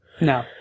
No